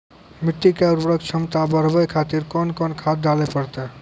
मिट्टी के उर्वरक छमता बढबय खातिर कोंन कोंन खाद डाले परतै?